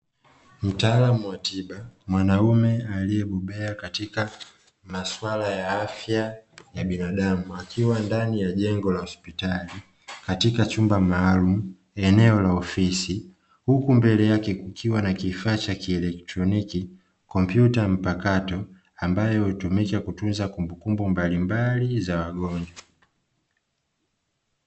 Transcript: Mtaaramu wa tiba mwanaume aliyebobea katika maswala ya afya ya binadamu akiwa ndani ya jengo la hospitali, katikia chumba maalumu eneo la ofisi, hukumbele yake kukiwa na kifaa cha kieletroniki, kompyuta mpakato ambayo hutumika kutunza kumbukumbu mbali mbali za wagonjwa.